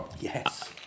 Yes